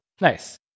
Nice